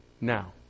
Now